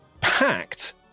packed